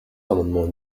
l’amendement